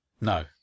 No